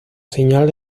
señal